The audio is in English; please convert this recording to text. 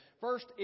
First